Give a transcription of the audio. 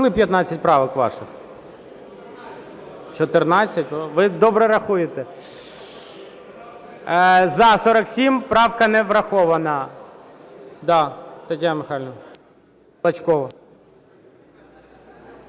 Ви добре рахуєте. За – 47, правка не врахована.